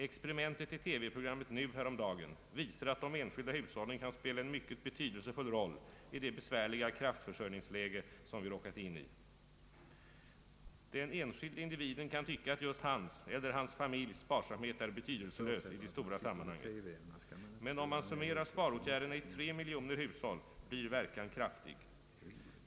Experimentet i TV-programmet NU häromdagen visar att de enskilda hushållen kan spela en mycket betydelsefull roll i det besvärliga kraftförsörjningsläge som vi råkat in i. Den enskilde individen kan tycka att just hans eller hans familjs sparsamhet är betydelselös i det stora sammanhanget. Men om man summerar sparåtgärderna i 3 miljoner hushåll, blir verkan kraftig.